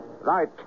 Right